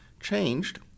changed